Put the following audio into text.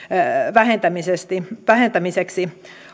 vähentämiseksi vähentämiseksi